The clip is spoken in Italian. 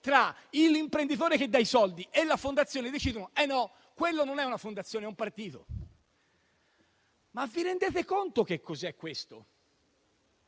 tra l'imprenditore che dà i soldi e la fondazione, decidono che non è una fondazione, ma un partito. Vi rendete conto cosa è questo?